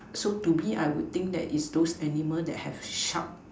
so to me I would think that is those animal that have sharp